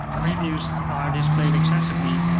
previews are displayed accessibly.